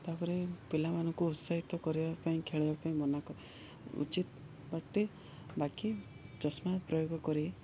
ତା'ପରେ ପିଲାମାନଙ୍କୁ ଉତ୍ସାହିତ କରିବା ପାଇଁ ଖେଳିବା ପାଇଁ ମନା କ ଉଚିତ ବାଟେ ବାକି ଚଷମା ପ୍ରୟୋଗ କରି